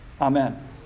Amen